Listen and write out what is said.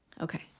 Okay